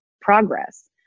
progress